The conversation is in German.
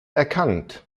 erkannt